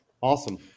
Awesome